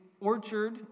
orchard